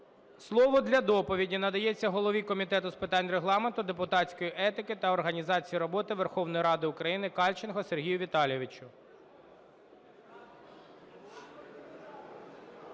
слово для доповіді надається голові Комітету з питань Регламенту, депутатської етики та організації роботи Верховної Ради України Кальченку Сергію Віталійовичу.